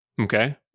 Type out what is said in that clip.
okay